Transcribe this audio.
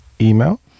email